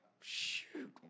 shoot